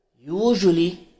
Usually